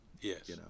Yes